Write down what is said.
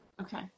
okay